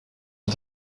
and